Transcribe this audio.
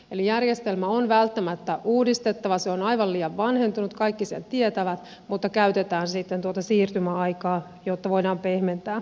eli järjestelmä on välttämättä uudistettava se on aivan liian vanhentunut kaikki sen tietävät mutta käytetään sitten tuota siirtymäaikaa jotta voidaan pehmentää muutosta